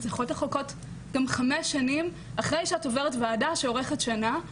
צריכות לחכות גם חמש שנים אחרי שעוברות ועדה שאורכת שנה,